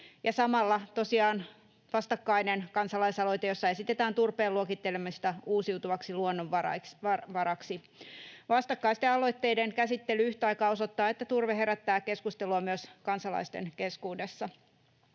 tosiaan vastakkainen kansalaisaloite, jossa esitetään turpeen luokittelemista uusiutuvaksi luonnonvaraksi. Vastakkaisten aloitteiden käsittely yhtä aikaa osoittaa, että turve herättää keskustelua myös kansalaisten keskuudessa.